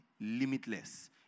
limitless